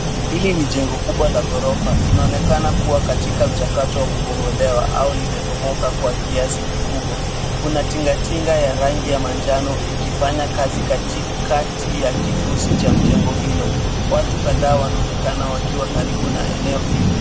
Hili ni jengo kubwa la ghorofa inaonekana kuwa katika mchakato wa kubomolewa au limebomoka kwa kiasi kikubwa. Kuna tingatinga ya rangi ya manjano ikifanya kazi katikati ya kifusi cha mjengo hilo, watu kadhaa wanaonekana wakiwa karibu na eneo hilo.